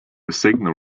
signal